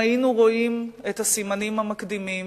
אם היינו רואים את הסימנים המקדימים,